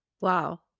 Wow